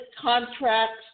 contracts